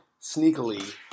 sneakily